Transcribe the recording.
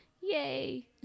Yay